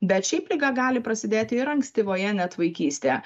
bet šiaip liga gali prasidėti ir ankstyvoje net vaikystėje